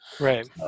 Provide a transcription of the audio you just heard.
Right